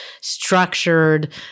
structured